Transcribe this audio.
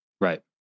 Right